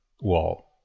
wall